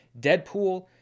Deadpool